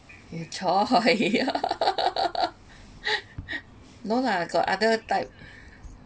choi no lah got other type